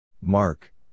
Mark